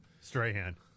Strahan